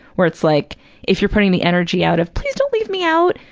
where it's like if you're putting the energy out of, please don't leave me out,